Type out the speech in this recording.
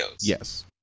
yes